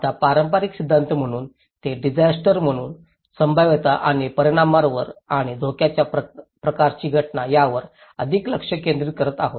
आता पारंपारिक सिद्धांत म्हणून ते डिसास्टर म्हणून संभाव्यता आणि परिणामावर आणि धोक्याच्या प्रकारची घटना यावर अधिक लक्ष केंद्रित करीत आहेत